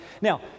Now